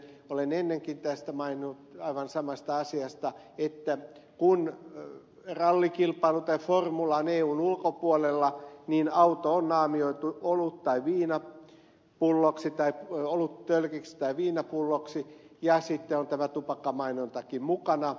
olen ennenkin maininnut tästä samasta asiasta että kun on ralli tai formulakilpailu eun ulkopuolella niin auto on naamioitu oluttölkiksi tai viinapulloksi ja tupakkamainontakin on mukana